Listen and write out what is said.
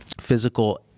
Physical